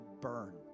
burn